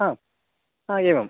हा हा एवं